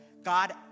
God